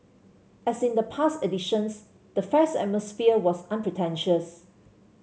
as in the past editions the fair's atmosphere was unpretentious